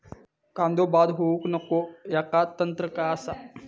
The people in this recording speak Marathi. कांदो बाद होऊक नको ह्याका तंत्र काय असा?